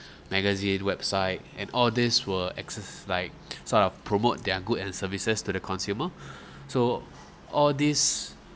magazine website and all this were exis~ like sort of promote their good and services to the consumer so all these